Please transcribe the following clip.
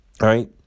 right